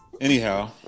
Anyhow